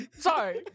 sorry